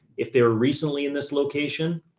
if they were recently in this location,